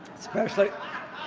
especially